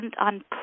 on